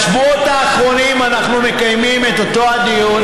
בשבועות האחרונים אנחנו מקיימים את אותו הדיון